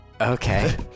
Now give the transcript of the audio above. Okay